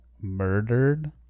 murdered